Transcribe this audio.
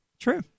True